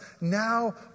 now